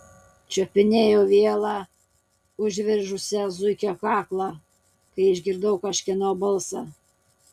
čiupinėjau vielą užveržusią zuikio kaklą kai išgirdau kažkieno balsą